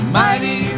mighty